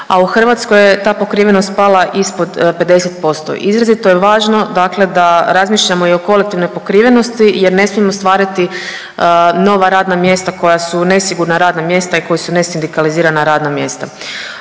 a u Hrvatskoj je ta pokrivenost pala ispod 50%. Izrazito je važno dakle da razmišljamo i o kolektivnoj pokrivenosti jer ne smijemo stvarati nova radna mjesta koja su nesigurna radna mjesta i koji su ne sindikalizirana radna mjesta.